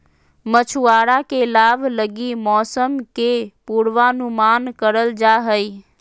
मछुआरा के लाभ लगी मौसम के पूर्वानुमान करल जा हइ